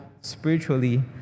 spiritually